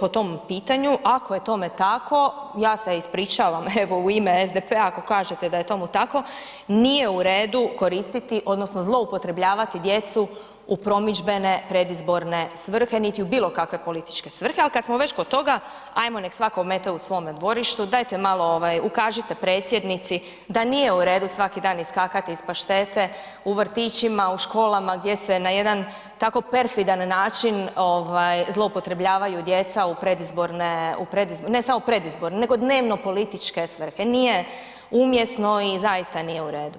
po tom pitanju, ako je tome tako, ja se ispričavam evo u ime SDP-a ako kažete da je tomu tako, nije u redu koristiti odnosno zloupotrebljavati djecu u promidžbene predizborne svrhe, niti u bilo kakve političke svrhe, al kad smo već kod toga ajmo nek svatko omete u svome dvorištu, dajte malo ukažite predsjednici da nije u redu svaki dan iskakati iz paštete u vrtićima, u školama gdje se na jedan tako perfidan način zloupotrebljavaju djeca u predizborne, ne samo u predizborne nego dnevno političke svrhe, nije umjesno i zaista nije u redu.